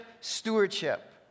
stewardship